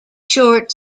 short